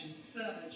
Surge